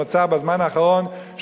שנוצר בזמן האחרון,